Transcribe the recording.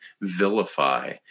vilify